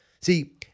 See